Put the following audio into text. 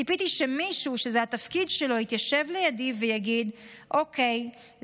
ציפיתי שמישהו שזה התפקיד שלו יתיישב לידי ויגיד: אוקיי,